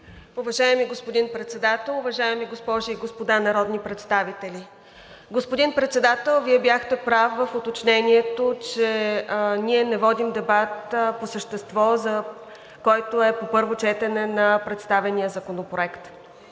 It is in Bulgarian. Уважаеми господин Председател, уважаеми госпожи и господа народни представители! Господин Председател, Вие бяхте прав в уточнението, че ние не водим дебат по същество, който е по първо четене на представения Законопроект.